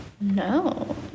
No